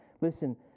Listen